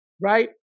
Right